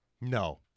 No